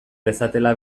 dezatela